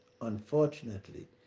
Unfortunately